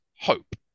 Hope